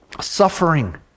suffering